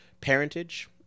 parentage